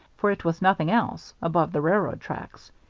for it was nothing else, above the railroad tracks.